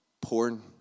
porn